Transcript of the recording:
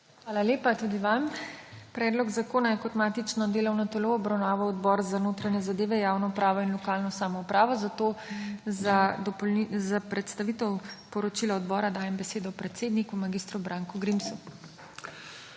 Hvala lepa tudi vam. Predlog zakona je kot matično delovno telo obravnaval Odbor za notranje zadeve, javno upravo in lokalno samoupravo, zato za predstavitev poročila odbora dajem besedo predsedniku mag. Branko Grimsu.